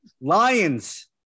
Lions